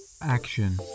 action